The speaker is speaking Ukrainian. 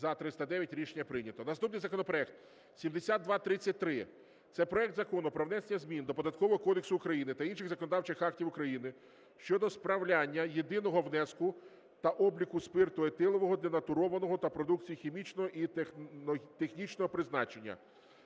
За-309 Рішення прийнято. Наступний законопроект 7233. Це проект Закону про внесення змін до Податкового кодексу України та інших законодавчих актів України щодо справляння єдиного внеску та обліку спирту етилового денатурованого та продукції хімічного і технічного призначення.